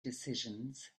decisions